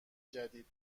جدید